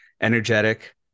energetic